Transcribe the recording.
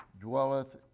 dwelleth